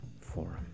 Forum